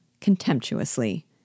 Contemptuously